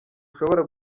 ushobora